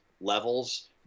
levels